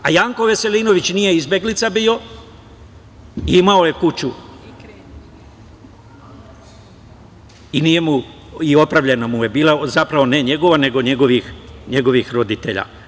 A Janko Veselinović nije izbeglica bio, imao je kuću i opravljena mu je bila, zapravo, ne njegova, nego njegovih roditelja.